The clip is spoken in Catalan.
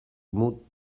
mut